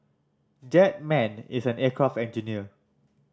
that man is an aircraft engineer